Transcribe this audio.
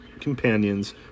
companions